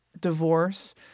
divorce